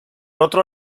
otro